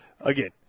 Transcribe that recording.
Again